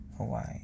Hawaii